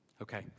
Okay